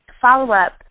follow-up